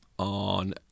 On